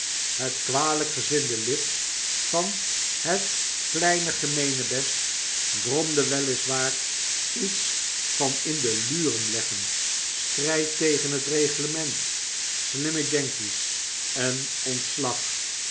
het kwalyk gezinde lid van het kleine gemeenebest bromde wel is waar iets van in de luren leggen strijd tegen het reglement slimme yankees en ontslag